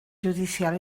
judicial